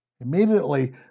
Immediately